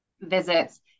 visits